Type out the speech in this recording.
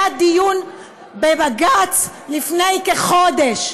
היה דיון בבג"ץ לפני כחודש,